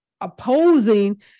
opposing